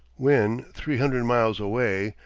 when three hundred miles away,